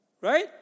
Right